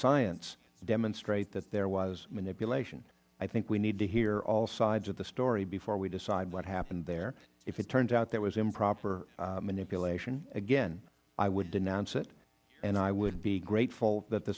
science demonstrate that there was manipulation i think we need to hear all sides of the story before we decide what happened there if it turns out there was improper manipulation again i would denounce it and i would be grateful that the